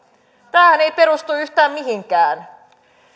tämähän ei perustu yhtään mihinkään ja jos